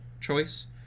choice